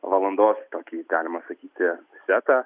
valandos tokį galima sakyti setą